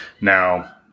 Now